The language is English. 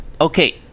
Okay